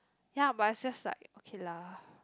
ya but it's just like okay lah